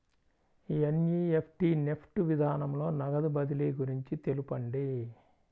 NEFT NEFT విధానంలో నగదు బదిలీ గురించి తెలుపండి?